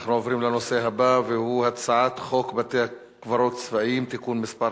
אנחנו עוברים לנושא הבא: הצעת חוק בתי-קברות צבאיים (תיקון מס'